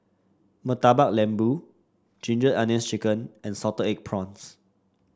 Murtabak Lembu Ginger Onions chicken and Salted Egg Prawns